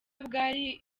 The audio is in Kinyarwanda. bwari